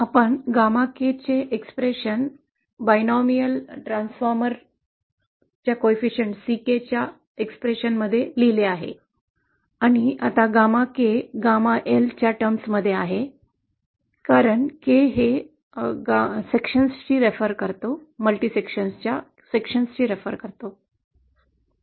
आपण द्विपदीय ट्रान्सफॉर्मर साठी नमूद केलेल्या समीकरणाच्या गुणाकाराचे द्विपदीय कार्य आणि म्हणूनच आता γ k γ Lच्या दृष्Tने आहे आपण कॉल करतो की मल्टी सेक्शन ट्रान्सफॉर्मरच्या भागांना संदर्भित करतो